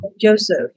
Joseph